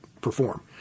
perform